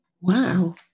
Wow